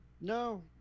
No